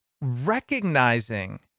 recognizing